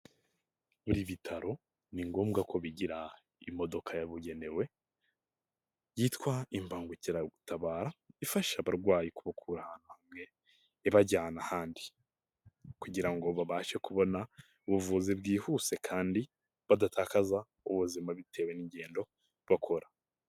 Buri bitaro ni ngombwa ko bigira imodoka yabugenewe yitwa imbangukiragutabara ifasha abarwayi kubakura ahantu hamwe ibajyana ahandi, kugira ngo babashe kubona ubuvuzi bwihuse kandi badatakaza ubuzima bitewe n'ingendo bakora.